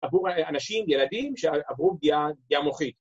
‫עבור אנשים, ילדים, ‫שעברו פגיעה מוחית.